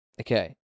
Okay